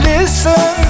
Listen